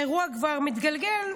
האירוע כבר מתגלגל.